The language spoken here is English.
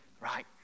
right